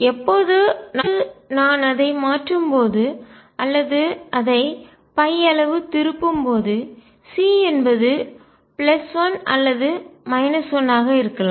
எப்போது நான் அதை மாற்றும் போது அல்லது அதை அளவு திருப்பும்போது C என்பது 1 அல்லது 1 ஆக இருக்கலாம்